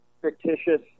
fictitious